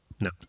No